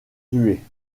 tués